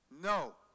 No